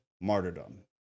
martyrdom